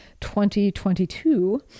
2022